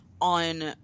on